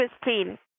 Christine